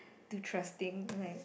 too trusting ilke